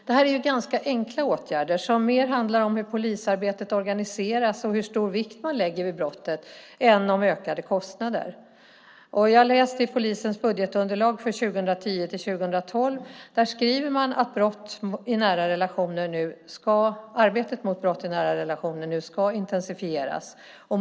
Det här är ganska enkla åtgärder som mer handlar om hur polisarbetet organiseras och hur stor vikt man lägger vid brottet än om ökade kostnader. Jag läste i polisens budgetunderlag för 2010-2012, och där skriver man att arbetet mot brott i nära relationer nu ska intensifieras.